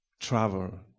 travel